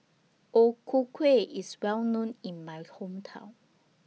O Ku Kueh IS Well known in My Hometown